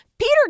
Peter